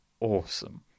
awesome